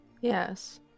Yes